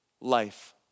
life